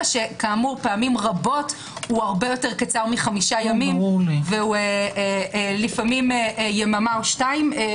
שהרבה יותר קצר מחמישה ימים ולפעמים הוא יממה או שתיים.